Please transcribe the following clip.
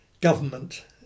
government